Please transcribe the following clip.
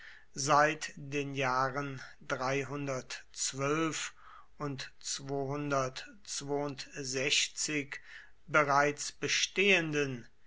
seit den jahren und bereits bestehenden